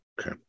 Okay